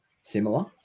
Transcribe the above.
Similar